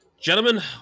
Gentlemen